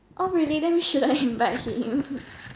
oh really then we shouldn't invite him